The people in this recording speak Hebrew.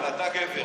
אבל אתה גבר,